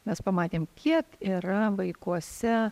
mes pamatėm kiek yra vaikuose